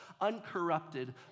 uncorrupted